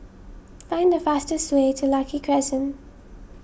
find the fastest way to Lucky Crescent